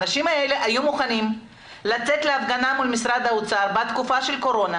האנשים האלה היו מוכנים לצאת להפגנה מול משרד האוצר בתקופה של הקורונה